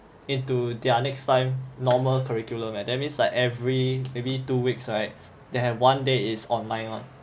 into their next time normal curriculum eh that means like every maybe two weeks right they have one day is online one